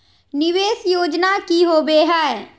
निवेस योजना की होवे है?